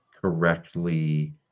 correctly